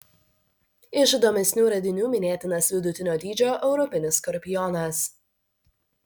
iš įdomesnių radinių minėtinas vidutinio dydžio europinis skorpionas